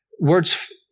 Words